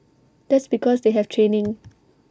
that's because they have training